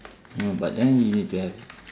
no but then you need to have